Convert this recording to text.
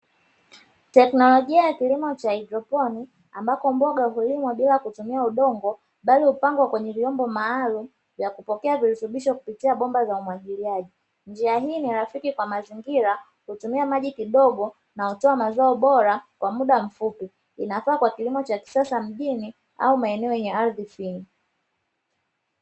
Teknolojia ya kilimo cha haidroponi ambapo mboga hulimwa bila kutumia udongo kisha hupangwa kwenye vyombo maalumu vya kupokea virutubisho kupitia bomba za umwagiliaji, njia hii ni rafiki kwa mazingira hutumia maji kidogo na hutoa mazao bora kwa muda mfupi, inafaa kwa kilimo cha mjini au maeneo yenye ardhi finyu.